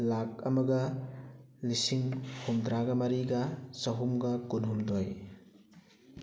ꯂꯥꯛ ꯑꯃꯒ ꯂꯤꯁꯤꯡ ꯍꯨꯝꯗ꯭ꯔꯥꯒ ꯃꯔꯤꯒ ꯆꯍꯨꯝꯒ ꯀꯨꯟꯍꯨꯝꯗꯣꯏ